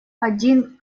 один